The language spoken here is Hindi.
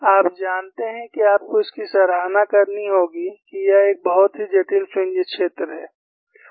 आप जानते हैं कि आपको इसकी सराहना करनी होगी कि यह एक बहुत ही जटिल फ्रिंज क्षेत्र है